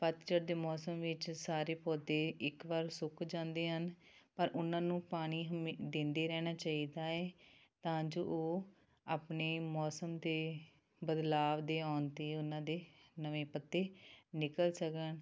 ਪੱਤਝੜ ਦੇ ਮੌਸਮ ਵਿੱਚ ਸਾਰੇ ਪੌਦੇ ਇੱਕ ਵਾਰ ਸੁੱਕ ਜਾਂਦੇ ਹਨ ਪਰ ਉਹਨਾਂ ਨੂੰ ਪਾਣੀ ਹਮੇ ਦਿੰਦੇ ਰਹਿਣਾ ਚਾਹੀਦਾ ਹੈ ਤਾਂ ਜੋ ਉਹ ਆਪਣੇ ਮੌਸਮ 'ਤੇ ਬਦਲਾਵ ਦੇ ਆਉਣ 'ਤੇ ਉਹਨਾਂ ਦੇ ਨਵੇਂ ਪੱਤੇ ਨਿਕਲ ਸਕਣ